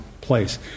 place